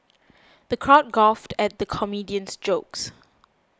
the crowd guffawed at the comedian's jokes